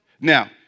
Now